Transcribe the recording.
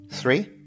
Three